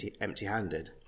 empty-handed